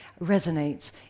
resonates